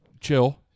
chill